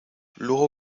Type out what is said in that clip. luego